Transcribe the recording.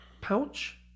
pouch